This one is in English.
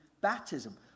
baptism